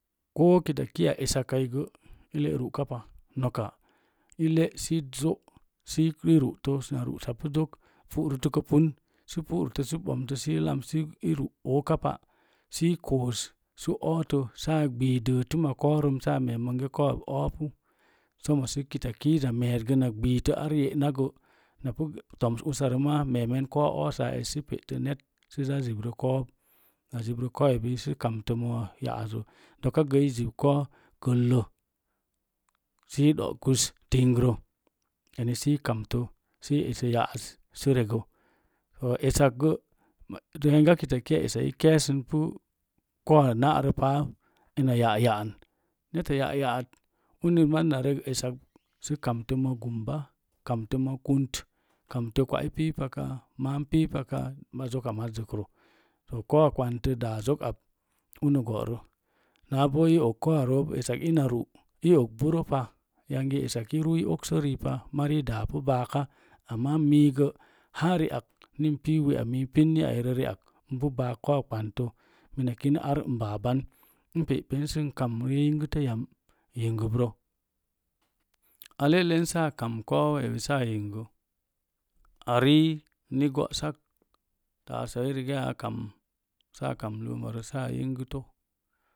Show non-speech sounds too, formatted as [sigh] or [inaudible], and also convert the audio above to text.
Kita kia esakaigə i le’ ru'ka pa noka i le’ sə i zo sə i rútə na ru'sazok puritkə pun na pu'rətə sə i lams sə i koossə otə saa gee də təmma koun rəm sa mee monge koub oopu kita kiiza meez gə na ɓitə ar ye'na gə meemen bonge koub oosap es sə pe'tə net sə zaa zibrə kou doka gə zib kou kəllə sə ɗo’ gns tingrə sə kamtə sə esə ya'az sə regə to essakgə yanga kita kia essakai i keesən pu kou na'rə pap ina ya’ ya'n neta ya'yat uni maz na rek sə kamtə mo gumba kamtə mo kunup kamtə kwa'i pipakaa maam pipa kaa zoka mazzək ro kou ɓantə daa zok ab unə bo'rə ina ru’ i og burə pa yangi i esak i ruu i okso ripa mari daapu baaka amma miigə haa ri ak l pii wi'a mii piriniriai ipu baak kou ɓantə mina kina ar n baa ban pe pensə kam n yingətə yam yinguprə a le'len sa kam kpou waewi saa yingə arii ni go'sak taasauwi rigaya a kam sa kam [unintelligible]